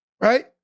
right